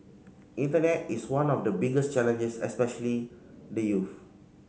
internet is one of the biggest challenges especially the youths